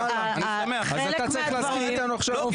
אז אתה צריך להסכים איתנו עכשיו.